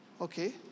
Okay